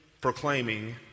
proclaiming